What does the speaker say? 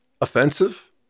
offensive